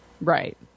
Right